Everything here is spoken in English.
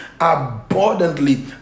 abundantly